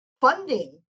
funding